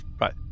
right